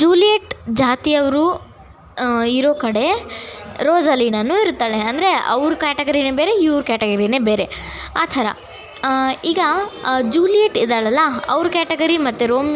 Juliet ಜಾತಿಯವರು ಇರೋ ಕಡೆ ರೋಸಲೀನನು ಇರುತ್ತಾಳೆ ಅಂದರೆ ಅವ್ರ ಕ್ಯಾಟಗರೀನೆ ಬೇರೆ ಇವ್ರ ಕ್ಯಾಟಗರೀನೆ ಬೇರೆ ಆ ಥರ ಈಗ ಆ ಜೂಲಿಯೆಟ್ ಇದ್ದಾಳಲ್ಲ ಅವ್ರ ಕ್ಯಾಟಗರಿ ಮತ್ತೆ ರೋಮ್